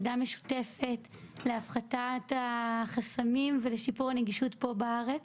עבודה משותפת להפחתת החסמים ולשיפור הנגישות פה בארץ,